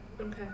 okay